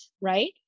right